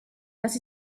das